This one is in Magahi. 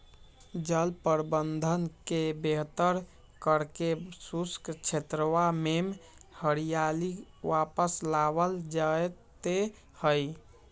जल प्रबंधन के बेहतर करके शुष्क क्षेत्रवा में हरियाली वापस लावल जयते हई